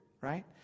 right